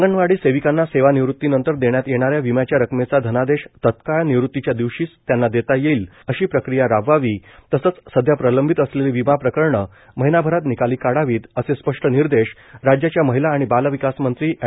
अंगणवाडी सेविकांना सेवानिवृतीनंतर देण्यात येणाऱ्या विम्याच्या रक्कमेचा धनादेश तात्काळ निवृतीच्या दिवशीच त्यांना देता येईल अशी प्रक्रिया राबवावी तसंच सध्या प्रलंबित असलेली विमा प्रकरणं महिनाभरात निकाली काढावीत असे स्पष्ट निर्देश राज्याच्या महिला आणि बालविकास मंत्री एड